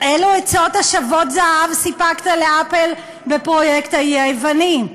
אילו עצות השוות זהב סיפקת לאפל בפרויקט "האי היווני"?